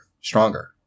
stronger